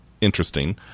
Interesting